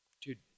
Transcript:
dude